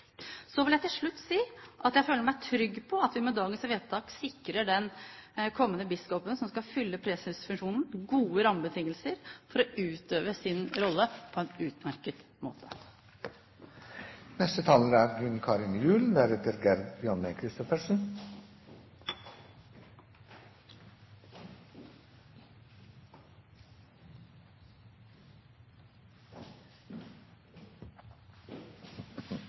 Til slutt vil jeg si at jeg føler meg trygg på at vi med dagens vedtak sikrer den kommende biskopen som skal fylle presesfunksjonen, gode rammebetingelser for å utøve sin rolle på en utmerket måte. Det er